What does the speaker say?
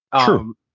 True